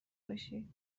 باشی